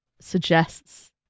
suggests